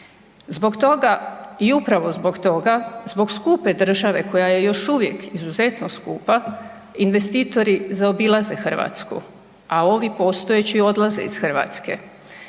Zbog toga i upravo zbog toga, zbog skupe države koja je još uvijek izuzetno skupa investitori zaobilaze Hrvatsku, a ovi postojeći odlaze iz Hrvatske.